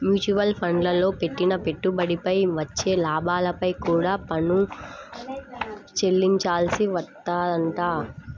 mutual ఫండ్లల్లో పెట్టిన పెట్టుబడిపై వచ్చే లాభాలపై కూడా పన్ను చెల్లించాల్సి వత్తదంట